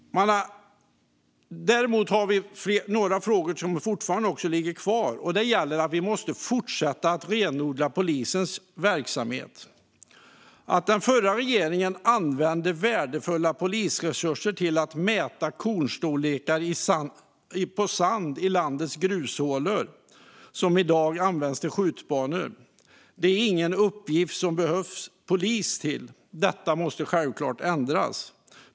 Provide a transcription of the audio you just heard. Däremot har vi några frågor som fortfarande ligger kvar. Det handlar om att vi måste fortsätta att renodla polisens verksamhet. Den förra regeringen använde värdefulla polisresurser till att mäta kornstorlekar på sand i landets grushålor som i dag används som skjutbanor. Det är ingen uppgift som det behövs polis till. Detta måste självklart ändras.